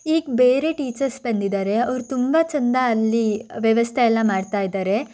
ಈಗ ಬೇರೆ ಟೀಚರ್ಸ್ ಬಂದಿದ್ದಾರೆ ಅವರು ತುಂಬ ಚಂದ ಅಲ್ಲಿ ವ್ಯವಸ್ಥೆ ಎಲ್ಲ ಮಾಡ್ತಾ ಇದ್ದಾರೆ